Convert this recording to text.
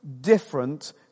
different